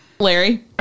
Larry